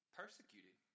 persecuted